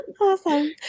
Awesome